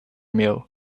mill